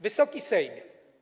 Wysoki Sejmie!